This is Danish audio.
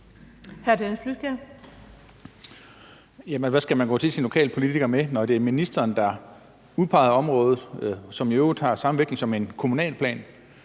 hvad skal man gå til sine lokale politikere med, når det er ministeren, der udpeger området, hvilket i øvrigt har samme vægt som en kommunalplan,